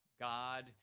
God